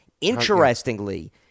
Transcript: Interestingly